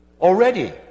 already